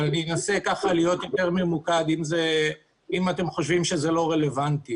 אני אנסה להיות יותר ממוקד אם אתם חושבים שזה לא רלוונטי.